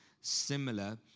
similar